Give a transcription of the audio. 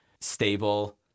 stable